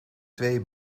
twee